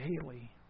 daily